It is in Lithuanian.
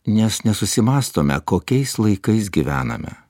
nes nesusimąstome kokiais laikais gyvename